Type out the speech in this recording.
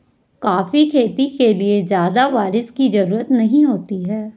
coffee खेती के लिए ज्यादा बाऱिश की जरूरत नहीं होती है